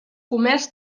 comerç